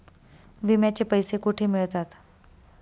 विम्याचे पैसे कुठे मिळतात?